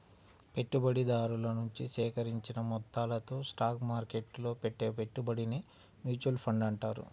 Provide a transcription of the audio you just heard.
పెట్టుబడిదారుల నుంచి సేకరించిన మొత్తాలతో స్టాక్ మార్కెట్టులో పెట్టే పెట్టుబడినే మ్యూచువల్ ఫండ్ అంటారు